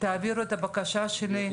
תעבירו את הבקשה שלי --- גברתי,